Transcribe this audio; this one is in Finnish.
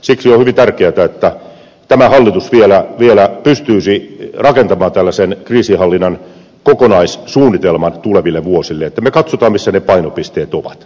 siksi on hyvin tärkeätä että tämä hallitus vielä pystyisi rakentamaan tällaisen kriisinhallinnan kokonaissuunnitelman tuleville vuosille että me katsomme missä ne painopisteet ovat